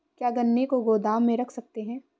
क्या गन्ने को गोदाम में रख सकते हैं?